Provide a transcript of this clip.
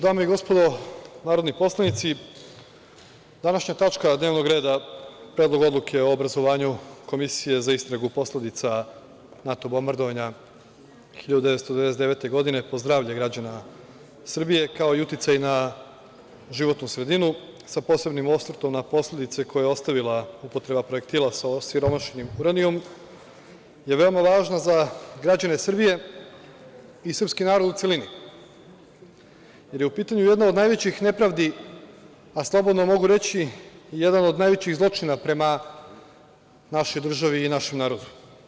Dame i gospodo narodni poslanici, današnja tačka dnevnog reda Predlog odluke o obrazovanju komisije za istragu posledica NATO bombardovanja 1999. godine po zdravlje građana Srbije, kao i uticaj na životnu sredinu, sa posebnim osvrtom na posledice koje je ostavila upotreba projektila sa osiromašenim uranijumom, je veoma važna za građane Srbije i srpski narod u celini, jer je u pitanju jedna od najvećih nepravdi, a slobodno mogu reći jedan od najvećih zločina prema našoj državi i našem narodu.